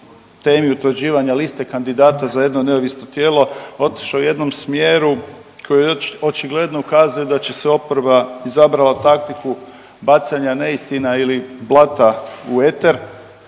temi utvrđivanja liste kandidata za jedno neovisno tijelo otišlo u jednom smjeru koji je očigledno da će se oporba izabrala taktiku bacanja neistina ili blata u eter.